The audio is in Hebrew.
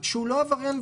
שהוא לא עבריין,